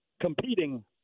competing